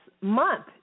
month